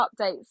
updates